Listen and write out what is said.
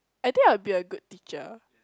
I think I'll be a good teacher